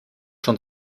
schon